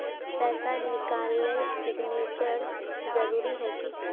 पैसा निकालने सिग्नेचर जरुरी है की?